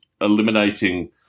eliminating